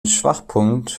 schwachpunkt